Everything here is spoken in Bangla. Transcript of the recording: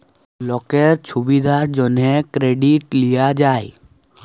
লকের ছুবিধার জ্যনহে কেরডিট লিয়া যায়